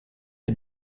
est